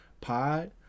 pod